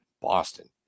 Boston